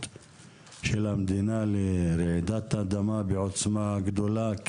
של המדינה לרעידת אדמה בעוצמה גדולה,